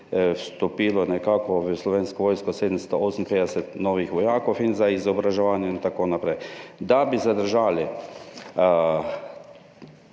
vstopilo v Slovensko vojsko 758 novih vojakov, in za izobraževanje in tako naprej. Da bi zadržali